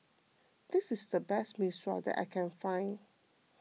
this is the best Mee Sua that I can find